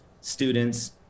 students